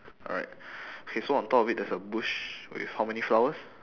alright okay so on top of it there's a bush with how many flowers